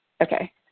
Okay